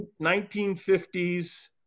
1950s